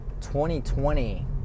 2020